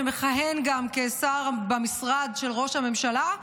שמכהן גם כשר במשרד של ראש הממשלה,